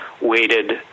weighted